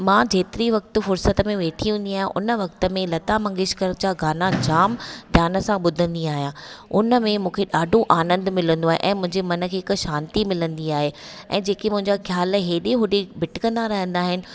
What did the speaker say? मां जेतरी वक़्तु फ़ुर्सत में वेठी हूंदी आहियां उन वक़्तु में लता मंगेशकर जा गाना जाम ध्यान सांं ॿुधंदी आहियां उन में मूंखे ॾाढो आनंद मिलंदो आहे ऐं मुंहिंजे मन खे हिकु शांति मिलंदी आहे ऐं जेके मुंहिंजा ख़्यालु हेॾे होॾे भटकंदा रहंदा आहिनि